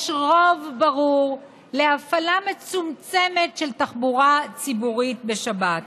יש רוב ברור להפעלה מצומצמת של תחבורה ציבורית בשבת?